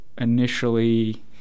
initially